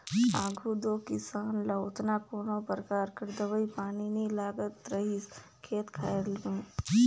आघु दो किसान ल ओतना कोनो परकार कर दवई पानी नी लागत रहिस खेत खाएर में